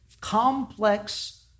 complex